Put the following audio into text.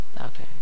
Okay